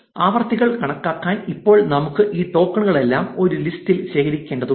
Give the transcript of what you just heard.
ആവൃത്തികൾ കണക്കാക്കാൻ ഇപ്പോൾ നമുക്ക് ഈ ടോക്കണുകളെല്ലാം ഒരു ലിസ്റ്റിൽ ശേഖരിക്കേണ്ടതുണ്ട്